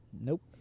Nope